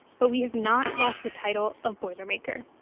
but we have not lost the title of boilermaker.